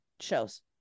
shows